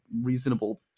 reasonable